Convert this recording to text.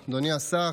שנייה.